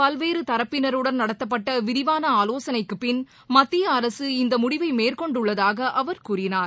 பல்வேறு தரப்பினருடன் நடத்தப்பட்ட விரிவான ஆலோசனைக்குப் பின் மத்திய அரசு இந்த முடிவை மேற்கொண்டுள்ளதாக அவர் கூறினார்